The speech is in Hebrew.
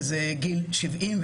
שזה גיל 70,